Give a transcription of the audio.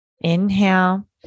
inhale